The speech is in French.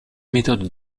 méthodes